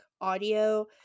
audio